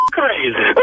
crazy